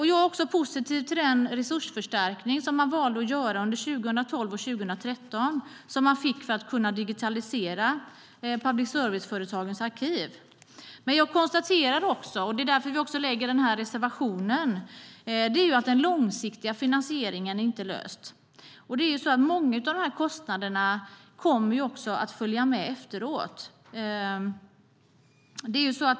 Jag är också positiv till den resursförstärkning som man valde att göra under 2012 och 2013 för att kunna digitalisera public service-företagens arkiv. Men jag konstaterar också, och det är därför vi har den här reservationen, att den långsiktiga finansieringen inte är löst. Många av de här kostnaderna kommer att följa med efteråt.